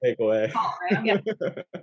takeaway